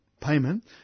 payment